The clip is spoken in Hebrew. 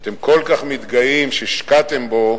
שאתם כל כך מתגאים שהשקעתם בו,